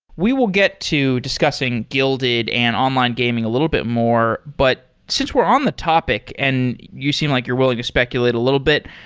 we will get to discussing guilded and online gaming a little bit more. but since we're on the topic and you seem like you're willing to speculate a little bit.